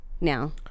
now